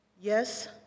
Yes